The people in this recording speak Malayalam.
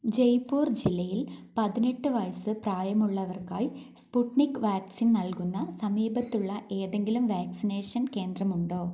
ജയ്പൂർ ജില്ലയിൽ പതിനെട്ട് വയസ്സ് പ്രായമുള്ളവർക്കായി സ്പുട്നിക് വാക്സിൻ നൽകുന്ന സമീപത്തുള്ള ഏതെങ്കിലും വാക്സിനേഷൻ കേന്ദ്രമുണ്ടോ